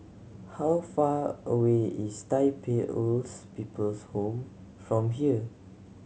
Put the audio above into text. how far away is Tai Pei Old People's Home from here